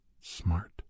smart